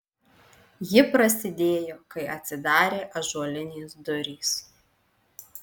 ji prasidėjo kai atsidarė ąžuolinės durys